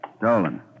Dolan